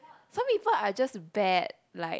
some people are just bad like